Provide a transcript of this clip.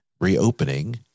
reopening